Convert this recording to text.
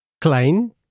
Klein